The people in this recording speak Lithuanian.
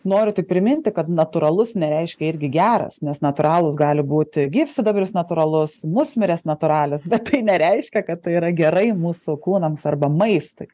noriu tik priminti kad natūralus nereiškia irgi geras nes natūralūs gali būti gyvsidabris natūralus musmirės natūralios bet tai nereiškia kad tai yra gerai mūsų kūnams arba maistui